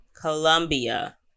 Colombia